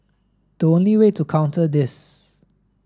the only way to counter this